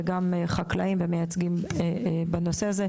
וגם חקלאים המייצגים בנושא הזה.